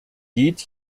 geht